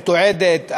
מתועדת,